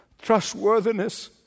trustworthiness